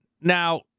now